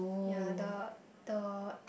ya the the